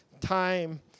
time